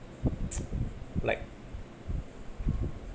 like